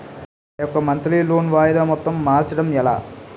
నా యెక్క monthly loan వాయిదా మొత్తం మార్చడం ఎలా?